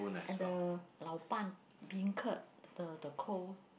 and the Laoban beancurd the the cold